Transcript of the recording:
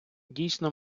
дійсно